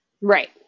Right